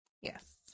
Yes